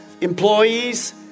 employees